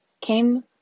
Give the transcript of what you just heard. came